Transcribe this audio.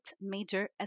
major